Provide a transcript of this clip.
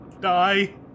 Die